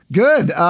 good.